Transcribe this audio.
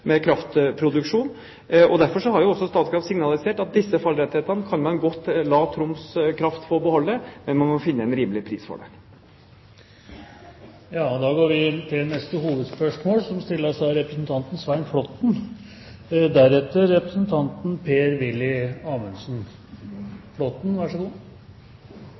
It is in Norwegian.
kraftproduksjon. Derfor har også Statkraft signalisert at disse fallrettighetene kan man godt la Troms Kraft få beholde, men man må finne en rimelig pris for det. Da går vi til neste hovedspørsmål.